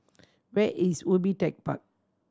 where is Ubi Tech Park